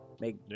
make